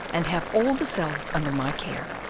and have all the cells under my care.